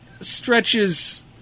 stretches